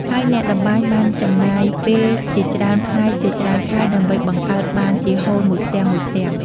ហើយអ្នកតម្បាញបានចំណាយពេលជាច្រើនថ្ងៃជាច្រើនខែដើម្បីបង្កើតបានជាហូលមួយផ្ទាំងៗ។